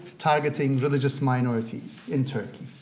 targeting religious minorities in turkey.